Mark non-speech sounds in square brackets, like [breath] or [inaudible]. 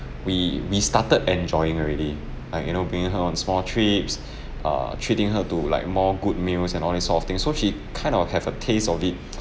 we we started enjoying already like you know bringing her on small trips [breath] err treating her to like more good meals and all this sort of thing so she kind of have a taste of it [noise]